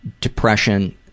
depression